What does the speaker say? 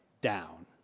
down